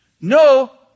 no